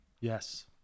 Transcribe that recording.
Yes